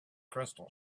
crystal